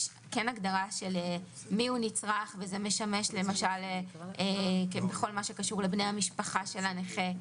יש הגדרה על מי הוא נצרך וזה משמש למשל בכל הקשור לבני המשפחה של הנכה.